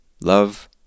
Love